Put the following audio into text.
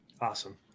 awesome